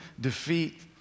defeat